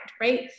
right